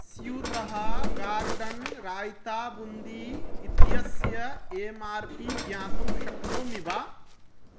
स्यूतः गार्डन् राय्ता बुन्दी इत्यस्य M R P ज्ञातुं शक्नोमि वा